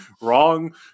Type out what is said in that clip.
Wrong